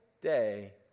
day